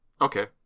Okay